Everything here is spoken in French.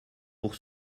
pour